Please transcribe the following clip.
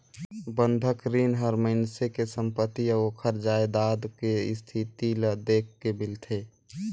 बंधक रीन हर मइनसे के संपति अउ ओखर जायदाद के इस्थिति ल देख के मिलथे